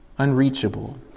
unreachable